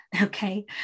okay